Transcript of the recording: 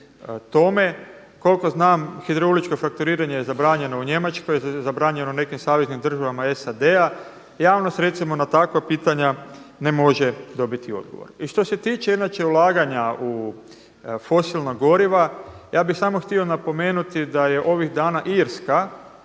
tome. Koliko znam hidrauličko frakturiranje je zabranjeno u Njemačkoj, zabranjeno je i u nekim saveznim državama SAD-a, javnost recimo na takva pitanja ne može dobiti odgovor. I što se tiče inače ulaganja u fosilna goriva, ja bih samo htio napomenuti da je ovih dana Irska